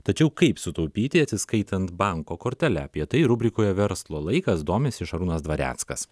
tačiau kaip sutaupyti atsiskaitant banko kortele apie tai rubrikoje verslo laikas domisi šarūnas dvareckas